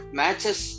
matches